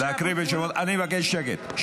להקריא בשמות, אני מבקש שקט.